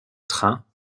train